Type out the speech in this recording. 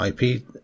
IP